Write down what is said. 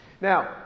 now